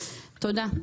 תודה.